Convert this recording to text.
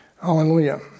Hallelujah